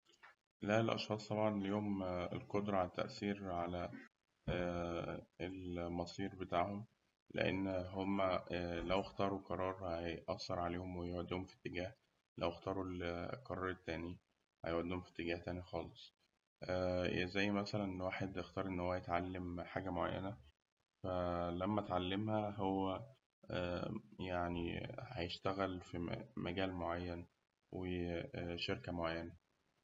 الأشخاص طبعاً ليهم القدرة على التأثير على المصير بتاعهم، لأن هم لو اختاروا قرار هيأثر عليهم ويوديهم في اتجاه، ولو اختاروا ال القرار التاني هيوديهم في اتجاه تاني خالص زي مثلاً واحد بيختار إن هو يتعلم حاجة معينة، فلما اتعملها هو يعني هيشتغل في م- مجال معين وشركة معينة.